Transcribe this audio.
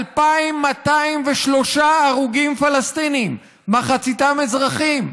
2,203 הרוגים פלסטינים, מחציתם אזרחים,